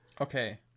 Okay